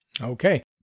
Okay